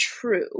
true